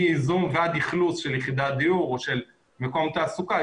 מייזום ועד אכלוס של יחידת דיור או של מקום תעסוקה,